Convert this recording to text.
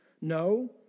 No